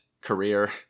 career